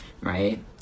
right